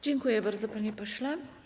Dziękuję bardzo, panie pośle.